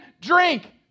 drink